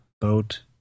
boat